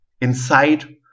inside